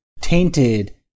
tainted